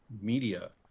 media